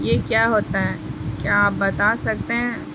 یہ کیا ہوتا ہے کیا آپ بتا سکتے ہیں